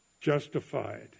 justified